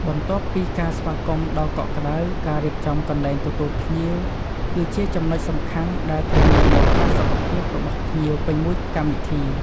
បន្ទាប់ពីការស្វាគមន៍ដ៏កក់ក្តៅ ការរៀបចំកន្លែងទទួលភ្ញៀវ គឺជាចំណុចសំខាន់ដែលធានានូវផាសុខភាពរបស់ភ្ញៀវពេញមួយកម្មវិធី។